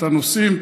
את הנושאים,